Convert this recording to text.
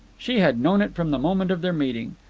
she had known it from the moment of their meeting.